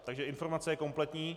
Takže informace je kompletní.